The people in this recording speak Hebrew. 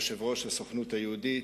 יושב-ראש הסוכנות היהודית,